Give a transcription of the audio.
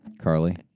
Carly